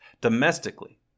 Domestically